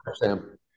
Sam